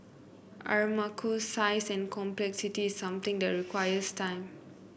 Aramco's size and complexity is something that requires time